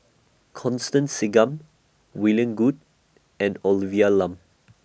Constance Singam William Goode and Olivia Lum